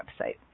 website